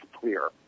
clear